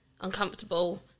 uncomfortable